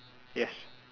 yes